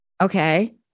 Okay